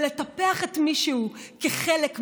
ולטפח את מי שהוא כחלק מהשלם.